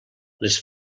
les